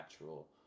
natural